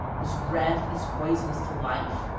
whose breath is poisonous to life.